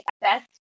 best